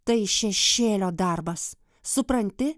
tai šešėlio darbas supranti